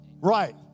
Right